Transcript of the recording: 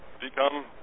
become